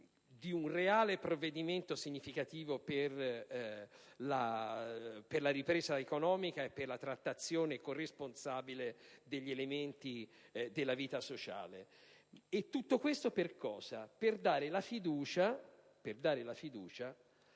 di un reale provvedimento significativo per la ripresa economica e la trattazione corresponsabile degli elementi della vita sociale. Tutto questo per cosa? Per dare la fiducia